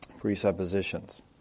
presuppositions